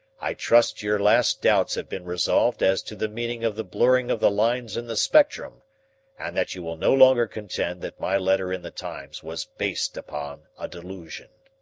i trust your last doubts have been resolved as to the meaning of the blurring of the lines in the spectrum and that you will no longer contend that my letter in the times was based upon a delusion.